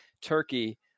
turkey